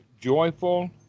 joyful